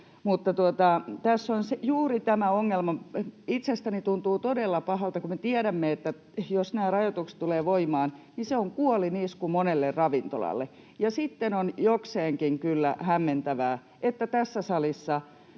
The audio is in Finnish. Mutta tässä on juuri tämä ongelma: Itsestäni tuntuu todella pahalta, kun me tiedämme, että jos nämä rajoitukset tulevat voimaan, niin se on kuolinisku monelle ravintolalle. Ja sitten on kyllä jokseenkin hämmentävää, että tässä salissa